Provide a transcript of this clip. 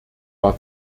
war